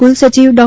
કુલસચિવ ડો